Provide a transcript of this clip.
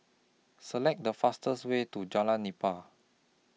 Select The fastest Way to Jalan Nipah